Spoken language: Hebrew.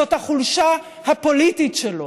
זאת החולשה הפוליטית שלו.